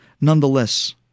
Nonetheless